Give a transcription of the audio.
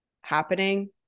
happening